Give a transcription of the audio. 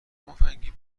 مفنگی